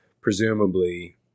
presumably